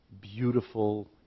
beautiful